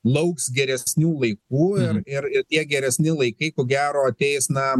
lauks geresnių laikų ir ir tie geresni laikai ko gero ateis na